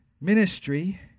ministry